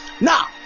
Now